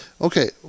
Okay